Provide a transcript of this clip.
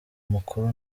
mukuru